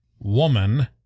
woman